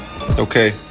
Okay